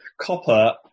copper